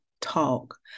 talk